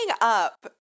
up